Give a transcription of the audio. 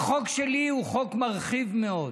החוק שלי הוא חוק מרחיב מאוד.